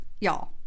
Y'all